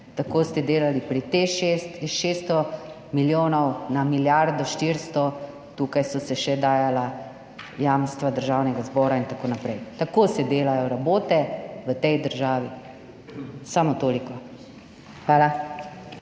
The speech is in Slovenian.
Tako ste delali pri Teš 6, s 600 milijonov na milijardo 400, tukaj so se še dajala jamstva Državnega zbora in tako naprej. Tako se delajo rabote v tej državi. Samo toliko. Hvala.